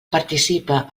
participa